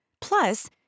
Plus